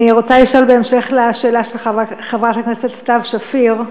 אני רוצה לשאול בהמשך לשאלה של חברת הכנסת סתיו שפיר.